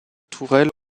tourelles